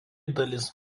dalis